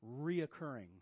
reoccurring